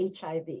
HIV